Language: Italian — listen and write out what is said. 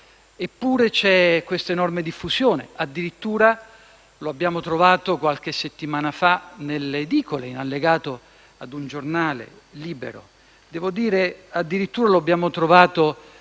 Eppure c'è questa enorme diffusione. Addirittura lo abbiamo trovato qualche settimana fa nelle edicole, in allegato a un giornale, «Libero». Devo dire che addirittura lo abbiamo trovato